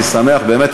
אני שמח, באמת.